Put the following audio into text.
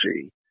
see